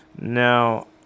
Now